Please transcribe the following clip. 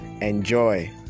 Enjoy